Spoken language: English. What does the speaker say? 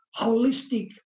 holistic